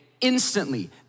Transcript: instantly